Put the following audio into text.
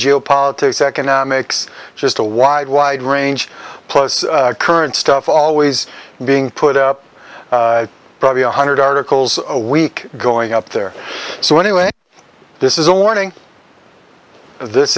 geopolitics economics just a wide wide range plus current stuff always being put up probably one hundred articles a week going up there so anyway this is a warning this